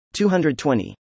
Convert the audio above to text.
220